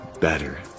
better